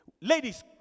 Ladies